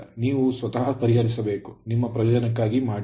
ಇದು ನೀವು ಸ್ವತಃ ಪರಿಹರಿಸಬೇಕುನಿಮ್ಮ ಪ್ರಯೋಜನಕ್ಕಾಗಿ ಮಾಡಿ